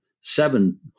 seven